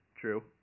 True